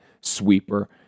sweeper